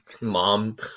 Mom